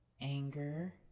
anger